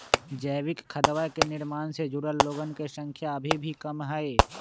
जैविक खदवा के निर्माण से जुड़ल लोगन के संख्या अभी भी कम हई